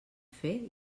fer